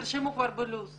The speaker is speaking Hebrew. תרשמו כבר בלוח.